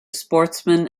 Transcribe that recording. sportsmen